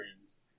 friends